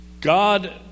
God